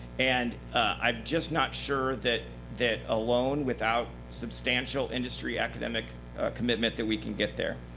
and i'm just not sure that that alone, without substantial industry academic commitment, that we can get there.